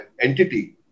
entity